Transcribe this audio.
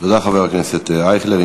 תודה, חבר הכנסת אייכלר.